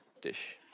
dish